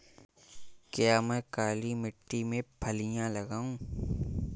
क्या मैं काली मिट्टी में फलियां लगाऊँ?